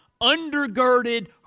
undergirded